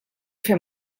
fer